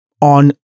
on